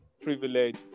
privilege